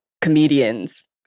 comedians